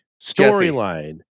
storyline